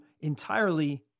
entirely